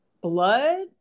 blood